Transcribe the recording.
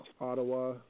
Ottawa